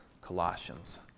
Colossians